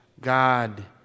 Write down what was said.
God